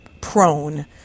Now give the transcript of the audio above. prone